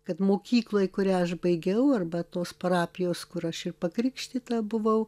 kad mokykloj kurią aš baigiau arba tos parapijos kur aš ir pakrikštyta buvau